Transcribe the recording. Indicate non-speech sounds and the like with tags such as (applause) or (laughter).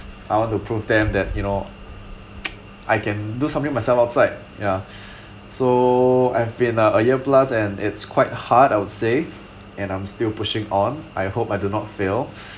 I want to prove them that you know (noise) I can do something myself outside ya so I have been a year plus and it's quite hard I would say and I'm still pushing on I hope I do not fail